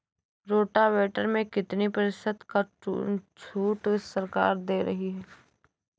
Rotavator में कितनी प्रतिशत का छूट सरकार दे रही है?